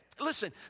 Listen